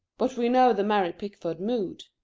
but we know the mary pickford mood.